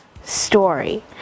story